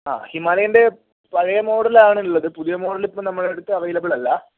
ആ ഹിമാലയൻ്റെ പഴയ മോഡലാണ്ള്ളത് പുതിയ മോഡല് ഇപ്പം നമ്മുടെ അടുത്ത് അവൈലബിൾ അല്ല